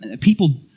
People